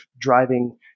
driving